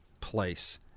place